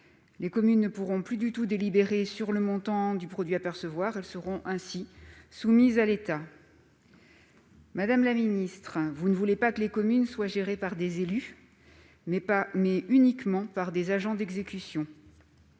les communes ne pouvant plus délibérer sur le montant du produit à percevoir, elles seront soumises à l'État. Madame la ministre, vous entendez que les communes soient gérées non par des élus, mais uniquement par des agents d'exécution,